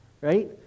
right